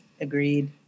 agreed